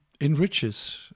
enriches